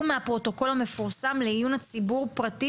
מהפרוטוקול המפורסם לעיון הציבור פרטי